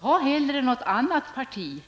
Ta hellre något annat parti!